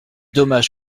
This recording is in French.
dommage